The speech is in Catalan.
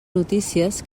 notícies